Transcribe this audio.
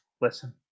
Listen